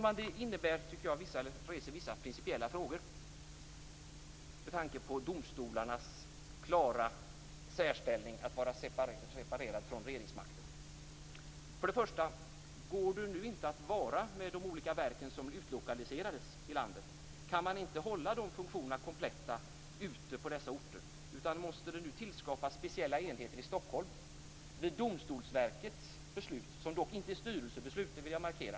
Det här tycker jag, fru talman, reser vissa principiella frågor med tanke på domstolarnas klara särställning när det gäller att vara separerade från regeringsmakten. Går det nu inte att ha de olika verk som utlokaliserades i landet? Kan man inte hålla funktionerna kompletta ute på dessa orter? Måste det nu tillskapas speciella enheter i Stockholm? Detta är Domstolsverkets beslut, som dock inte är styrelsebeslut, det vill jag markera.